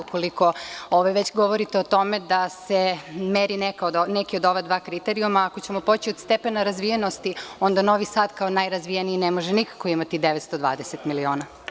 Ukoliko već govorite o tome da se meri neki od ova dva kriterijuma, ako ćemo poći od stepena razvijenosti, onda Novi Sad kao najrazvijeniji ne može nikako imati 920 miliona.